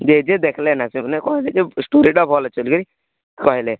ଯେ ଯେ ଦେଖିଲେ ନା ସେମାନେ କହିଲେ ଯେ ଷ୍ଟୋରୀଟୀ ଭଲ୍ ଅଛେ ବୋଲିକରି କହିଲେ